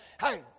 Hey